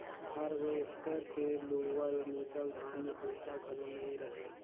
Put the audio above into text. harvester के लुअल मिसल धान में भूसा घलो नई रहें